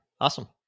awesome